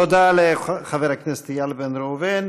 תודה לחבר הכנסת איל בן ראובן.